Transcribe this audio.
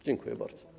Dziękuję bardzo.